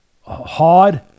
hard